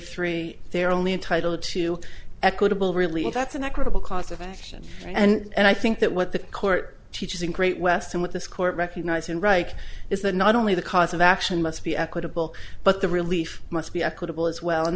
three they are only entitled to equitable relief that's an equitable course of action and i think that what the court teaches in great western with this court recognizing reich is that not only the cause of action must be equitable but the relief must be equitable as well and